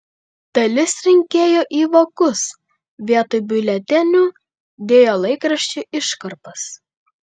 dalis rinkėjų į vokus vietoj biuletenių dėjo laikraščių iškarpas